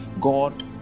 god